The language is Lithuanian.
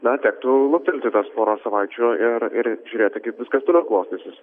na tektų luktelti tas porą savaičių ir ir žiūrėti kaip viskas toliau klostysis